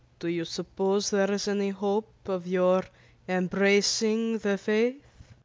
do you suppose there is any hope of your embracing the faith?